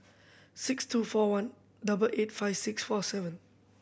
six two four one double eight five six four seven